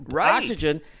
oxygen